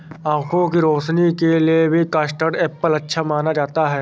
आँखों की रोशनी के लिए भी कस्टर्ड एप्पल अच्छा माना जाता है